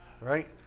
right